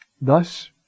Thus